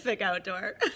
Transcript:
outdoor